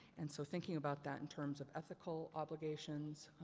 and so thinking about that in terms of ethical obligations,